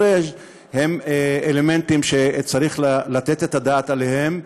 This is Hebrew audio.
פריג' הם אלמנטים שצריך לתת את הדעת עליהם,